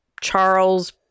Charles